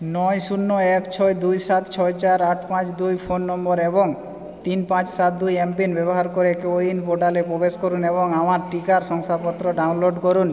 নয় শূন্য এক ছয় দুই সাত ছয় চার আট পাঁচ দুই ফোন নম্বর এবং তিন পাঁচ সাত দুই এমপিন ব্যবহার করে কোউইন পোর্টালে প্রবেশ করুন এবং আমার টিকার শংসাপত্র ডাউনলোড করুন